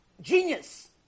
genius